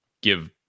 give